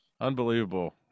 Unbelievable